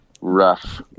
rough